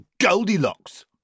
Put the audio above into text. Goldilocks